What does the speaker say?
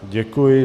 Děkuji.